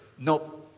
nope.